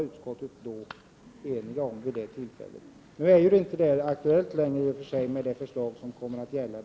Nu är i och för sig detta inte längre aktuellt genom det förslag som kommer att gälla.